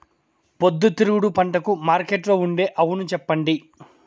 పొద్దుతిరుగుడు పంటకు మార్కెట్లో ఉండే అవును చెప్పండి?